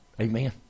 Amen